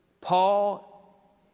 Paul